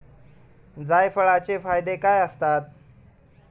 जायफळाचे फायदे काय असतात?